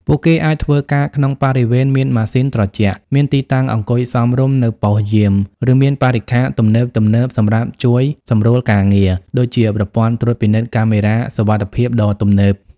ពួកគេអាចធ្វើការក្នុងបរិវេណមានម៉ាស៊ីនត្រជាក់ មានទីតាំងអង្គុយសមរម្យនៅប៉ុស្តិ៍យាម និងមានបរិក្ខារទំនើបៗសម្រាប់ជួយសម្រួលការងារ ដូចជាប្រព័ន្ធត្រួតពិនិត្យកាមេរ៉ាសុវត្ថិភាពដ៏ទំនើប។